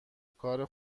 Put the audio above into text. کار